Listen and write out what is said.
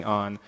on